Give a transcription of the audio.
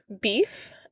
beef